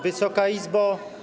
Wysoka Izbo!